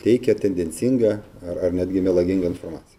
teikia tendencingą ar ar netgi melagingą informaciją